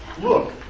Look